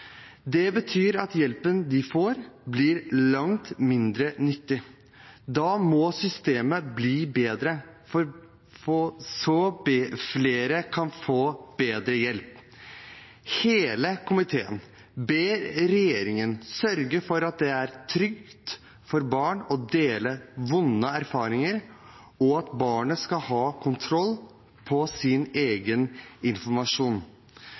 Det betyr at hjelpen de får, blir langt mindre nyttig. Da må systemet bli bedre så flere kan få bedre hjelp. Hele komiteen ber regjeringen sørge for at det er trygt for barn å dele vonde erfaringer, og at barnet skal ha kontroll på sin egen informasjon.